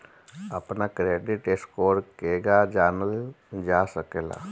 अपना credit score केगा जानल जा सकेला?